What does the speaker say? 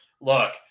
Look